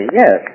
yes